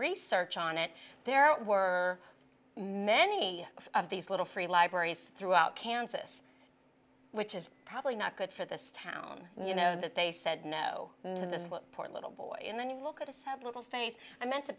research on it there were many of these little free libraries throughout kansas which is probably not good for this town you know that they said no and this is what poor little boy and then you look at a sad little face i meant to